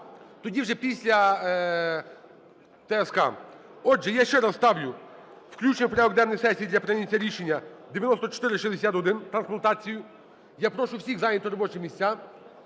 Тоді вже після ТСК. Отже, я ще раз ставлю включення в порядок денний сесії для прийняття рішення 9461(трансплантацію). Я прошу всіх зайняти робочі місця.